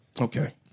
Okay